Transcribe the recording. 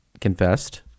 confessed